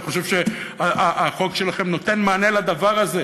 אני חושב שהחוק שלכם נותן מענה לדבר הזה.